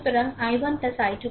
সুতরাং i1 i2 10